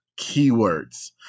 keywords